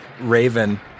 Raven